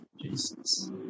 Jesus